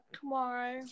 tomorrow